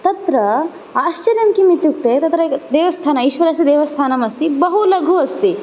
तत्र आश्चर्यं किम् इत्युक्ते तत्र देवस्थान ईश्वरस्य देवस्थानम् अस्ति बहु लघु अस्ति